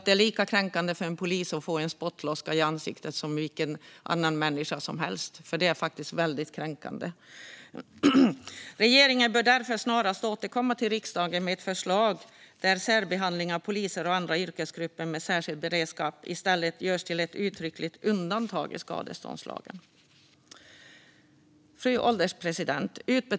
Det är lika kränkande för en polis att få en spottloska i ansiktet som för vilken annan människa som helst. Det är faktiskt väldigt kränkande. Regeringen bör därför snarast återkomma till riksdagen med ett förslag där särbehandling av poliser och andra yrkesgrupper med särskild beredskap i stället görs till ett uttryckligt undantag i skadeståndslagen. Fru ålderspresident!